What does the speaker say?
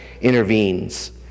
intervenes